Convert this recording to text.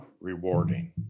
rewarding